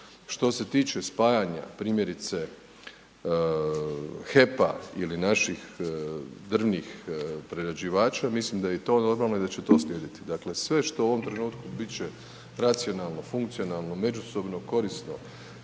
Što se tiče spajanja primjerice HEP-a ili naših drvnih prerađivača mislim da je i to normalno i da će to slijediti. Dakle, sve što u ovom trenutku bit će racionalno, funkcionalno, međusobno korisno